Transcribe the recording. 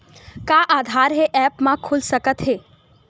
का आधार ह ऐप म खुल सकत हे?